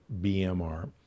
BMR